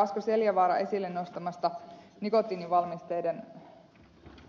asko seljavaaran esille nostamasta nikotiinivalmisteiden